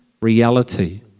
reality